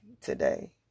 today